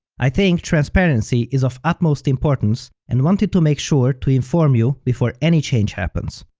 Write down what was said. i think transparency is of utmost importance and wanted to make sure to inform you before any change happens.